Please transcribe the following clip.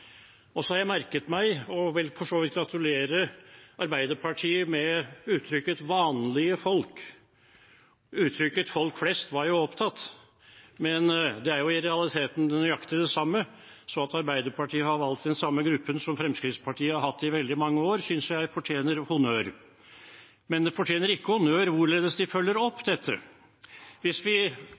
alle. Så har jeg merket meg og vil for så vidt gratulere Arbeiderpartiet med uttrykket «vanlige folk». Uttrykket «folk flest» var jo opptatt, men det er i realiteten nøyaktig det samme. Så at Arbeiderpartiet har valgt den samme gruppen som Fremskrittspartiet har gjort i veldig mange år, synes jeg fortjener honnør. Men det fortjener ikke honnør hvorledes de følger opp dette. Hvis vi